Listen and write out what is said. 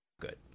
good